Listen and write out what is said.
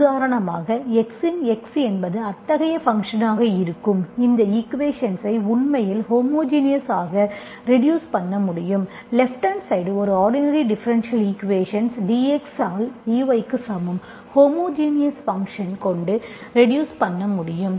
உதாரணமாக x இன் x என்பது அத்தகைய ஃபங்க்ஷன் ஆக இருக்கும் இந்த ஈக்குவேஷன்ஸ்ஐ உண்மையில் ஹோமோஜினஸ் ஆக ரெடியூஸ் பண்ண முடியும் லேப்ட் ஹாண்ட் சைடு ஒரு ஆர்டினரி டிஃபரென்ஷியல் ஈக்குவேஷன்ஸ் dx ஆல் dy க்கு சமம் ஹோமோஜினஸ் ஃபங்க்ஷன் கொண்டு ரெடியூஸ் பண்ண முடியும்